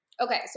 Okay